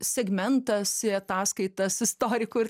segmentas į ataskaitas istorikų ir